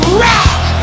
rock